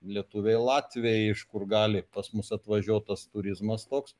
lietuviai latviai iš kur gali pas mus atvažiuot tas turizmas toks